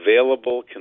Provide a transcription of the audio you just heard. available